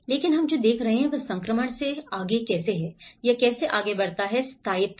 लेकिन हम जो देख रहे हैं वह संक्रमण से आगे कैसे है यह कैसे आगे बढ़ता है स्थायित्व